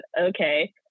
Okay